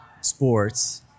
sports